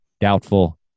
doubtful